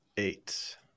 eight